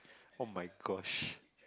oh-my-gosh